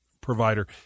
provider